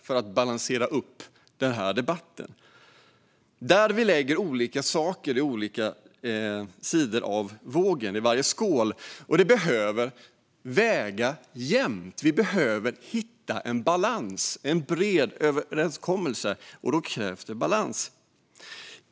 För att balansera upp den här debatten behöver vi en våg där vi lägger olika saker i varje vågskål, och de behöver väga jämnt. Vi behöver en bred överenskommelse, och då krävs det balans.